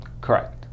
Correct